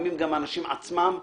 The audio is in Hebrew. לפעמים גם האנשים עצמם --- יודעים.